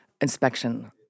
inspection